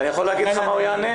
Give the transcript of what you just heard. אני יכול להגיד לך מה הוא יענה?